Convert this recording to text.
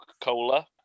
Cola